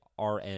rn